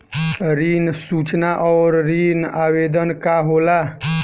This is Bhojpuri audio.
ऋण सूचना और ऋण आवेदन का होला?